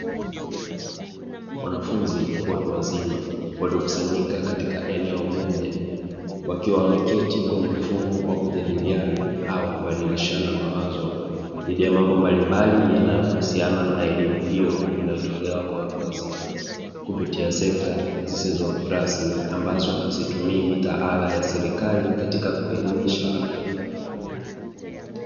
Wanafunzi watu wazima waliokusanyika katika eneo moja, wakiwa wameketi kwenye mfumo wa kujadiliana au kubadilishana mawazo dhidi ya mambo mbalimbali yanayohusiana na elimu hiyo inayotolewa kwa watu wazima, kupitia sekta zisizo rasmi ambazo hazitumii mitaala ya serikali katika kuelimisha watu.